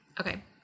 Okay